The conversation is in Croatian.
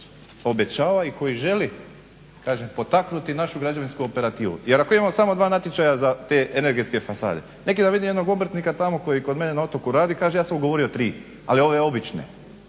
obećava i koji želi potaknuti našu građevinsku operativu. Jer ako imamo samo dva natječaja za te energetske fasade, neki dan vidim jednog obrtnika tamo koji kod mene na otoku radi, kaže ja sam ugovorio tri, ali ove obične,